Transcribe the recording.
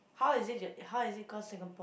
how is it that how is it called Singapore